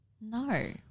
No